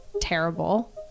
Terrible